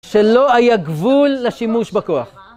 שלא היה גבול לשימוש בכוח.